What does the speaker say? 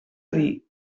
dir